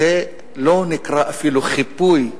זה לא נקרא אפילו חיפוי.